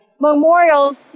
Memorials